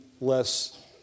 less